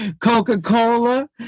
Coca-Cola